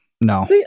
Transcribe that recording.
No